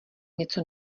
něco